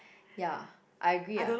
ya I agree ah